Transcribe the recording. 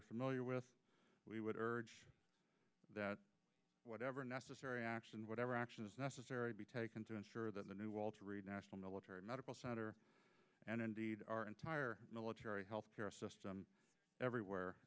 are familiar with we would urge that whatever necessary action whatever action is necessary be taken to ensure that the new walter reed national military medical center and indeed our entire military health care system everywhere